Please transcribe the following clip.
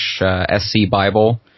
scbible